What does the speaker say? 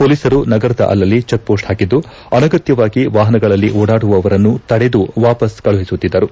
ಪೊಲೀಸರು ನಗರದ ಅಲ್ಲಲ್ಲಿ ಚೆಕ್ಪೋಸ್ ಹಾಕಿದ್ದು ಅನಗತ್ಯವಾಗಿ ವಾಹನಗಳಲ್ಲಿ ಓಡಾಡುವವರನ್ನು ತಡೆದು ವಾಪಸ್ ಕಳುಹಿಸುತ್ತಿದ್ದರು